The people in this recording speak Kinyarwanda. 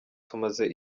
tumaze